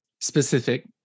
specific